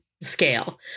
scale